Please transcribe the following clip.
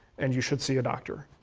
and you should see a doctor.